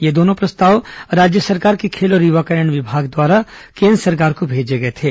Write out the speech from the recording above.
ये दोनों प्रस्ताव राज्य सरकार के खेल और युवा कल्याण विभाग द्वारा केन्द्र सरकार को भेजे गए थे